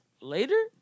later